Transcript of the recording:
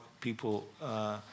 people